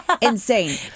insane